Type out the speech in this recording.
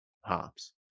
hops